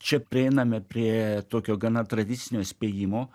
čia prieiname prie tokio gana tradicinio spėjimo